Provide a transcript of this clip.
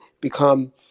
become